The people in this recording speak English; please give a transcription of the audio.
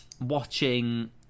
watching